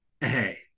Hey